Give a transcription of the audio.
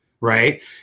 right